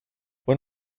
when